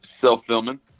self-filming